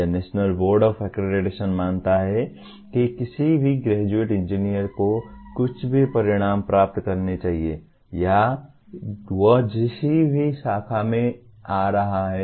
यह national board of accreditation मानता है कि किसी भी ग्रेजुएट इंजीनियर को कुछ भी परिणाम प्राप्त करने चाहिए चाहे वह जिस भी शाखा से आ रहा हो